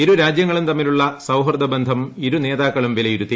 ഇരു രാജ്യങ്ങളും തമ്മിലുള്ള സൌഹൃദ ബന്ധം ഇരു നേതാക്കളും വിലയിരുത്തി